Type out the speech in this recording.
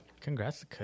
Congrats